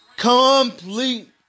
Complete